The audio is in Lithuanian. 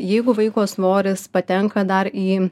jeigu vaiko svoris patenka dar į